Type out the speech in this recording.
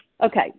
Okay